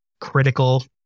critical